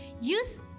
Use